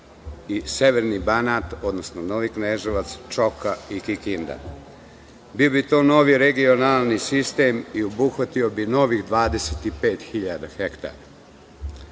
i severni Banat, odnosno Novi Kneževac, Čoka i Kikinda. Bio bi to novi regionalni sistem i obuhvatio bi novi 25 hiljada hektara.